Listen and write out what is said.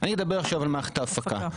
אני אדבר עכשיו על מערכת ההפקה.